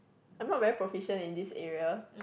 I'm not very proficient in this area